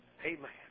Amen